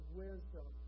wisdom